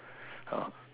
ah